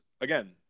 again